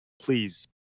please